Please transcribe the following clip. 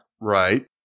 Right